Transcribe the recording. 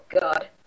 god